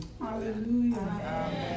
Hallelujah